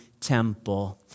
temple